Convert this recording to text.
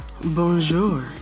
bonjour